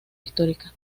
histórica